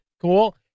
Cool